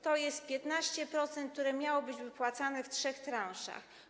Chodzi o 15%, które miało być wypłacane w trzech transzach.